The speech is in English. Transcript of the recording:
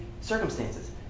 circumstances